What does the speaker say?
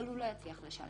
אבל הוא לא יצליח לשלם.